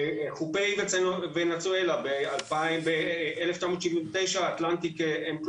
בחופי ונצואלה ב-1979 Atlantic Empress